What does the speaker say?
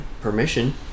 permission